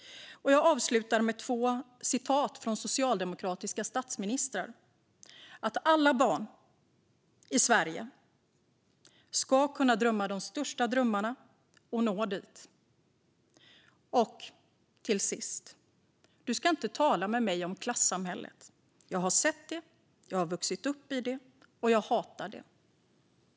Jag avslutar med två citat från socialdemokratiska statsministrar. Först Stefan Löfven: "Alla barn i Sverige ska kunna drömma de största drömmarna och nå dit." "Berätta inte för mig om det svenska klassamhället. Jag har sett det, växt upp i det och jag hatar det."